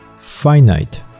finite